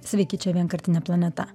sveiki čia vienkartinė planeta